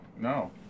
no